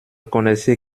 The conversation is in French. connaissez